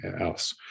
else